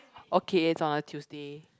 okay it's on a Tuesday